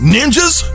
Ninjas